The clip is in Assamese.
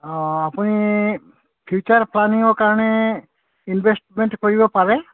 অঁ আপুনি ফিউচাৰ প্লানিঙৰ কাৰণে ইনভেষ্টমেণ্ট কৰিব পাৰে